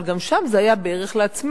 אבל גם שם זה היה בערך לעצמנו.